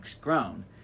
grown